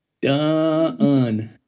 Done